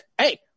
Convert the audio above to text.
hey